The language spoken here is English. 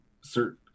certain